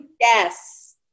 Yes